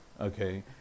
Okay